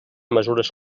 mesures